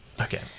Okay